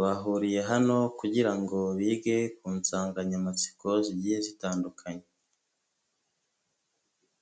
Bahuriye hano kugira ngo bige ku nsanganyamatsiko zigiye zitandukanye.